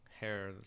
hair